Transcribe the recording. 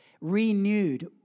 renewed